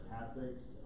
Catholics